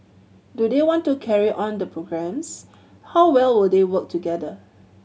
do they want to carry on the programmes how well will they work together